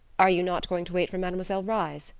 are you not going to wait for mademoiselle reisz?